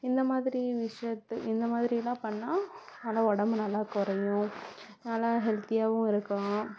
இந்த மாதிரி விஷயத்து இந்த மாதிரிலாம் பண்ணால் நல்லா உடம்பு நல்லா குறையும் நல்லா ஹெல்தியாகவும் இருக்கும்